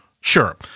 Sure